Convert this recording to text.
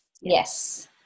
yes